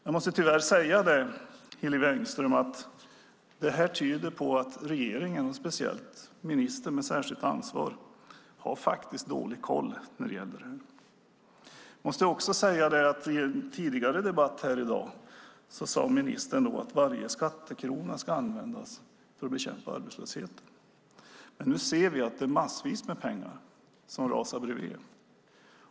Jag måste tyvärr säga, Hillevi Engström, att det här tyder på att regeringen och speciellt ministern med särskilt ansvar faktiskt har dålig koll när det gäller det här. I en tidigare debatt i dag sade ministern att varje skattekrona ska användas för att bekämpa arbetslösheten. Men nu ser vi att det är massvis med pengar som rasar bredvid.